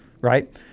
right